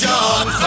John